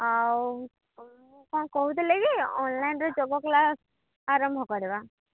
ଆଉ ମୁଁ କ'ଣ କହୁଥିଲି କି ଅନଲାଇନ୍ରେ ଯୋଗ କ୍ଲାସ୍ ଆରମ୍ଭ କରିବା